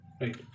right